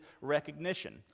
recognition